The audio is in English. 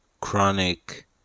chronic